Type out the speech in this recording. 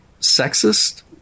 sexist